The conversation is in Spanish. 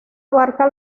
abarca